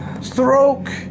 stroke